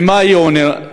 ומה היא עונה?